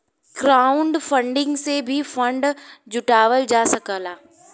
crowdfunding से भी fund जुटावल जा सकला